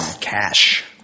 cash